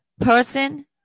person